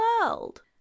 world